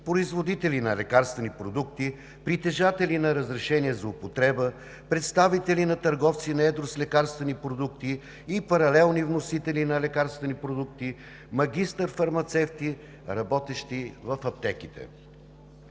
производители на лекарствени продукти, притежатели на разрешения за употреба, представители на търговци на едро с лекарствени продукти, паралелни вносители на лекарствени продукти, магистър-фармацевти, работещи в аптеките.